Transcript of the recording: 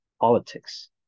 politics